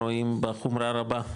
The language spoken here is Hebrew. רואים בחומרה רבה,